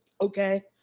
okay